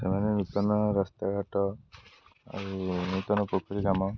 ସେମାନେ ନୂତନ ରାସ୍ତାଘାଟ ଆଉ ନୂତନ ପୋଖରୀ କାମ